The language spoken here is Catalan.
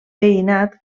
veïnat